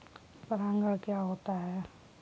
परागण क्या होता है?